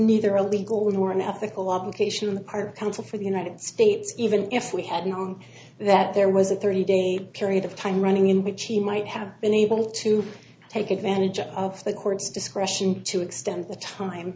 neither a legal nor an ethical obligation on the part of counsel for the united states even if we had known that there was a thirty day period of time running in which he might have been able to take advantage of the court's discretion to extend the time